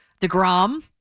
DeGrom